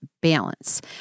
balance